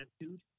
attitude